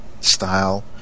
style